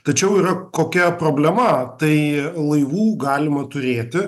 tačiau yra kokia problema tai laivų galima turėti